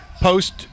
post